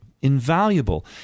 invaluable